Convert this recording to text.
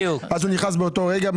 זה נכנס לתוקף באותו רגע,